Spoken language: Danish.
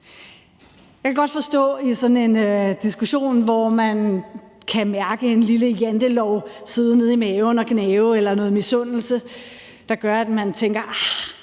Jeg kan godt forstå, at man i sådan en diskussion kan mærke en lille jantelov sidde nede i maven og gnave eller noget misundelse, der gør, at man tænker: